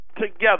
together